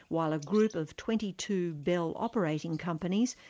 while a group of twenty two bell operating companies,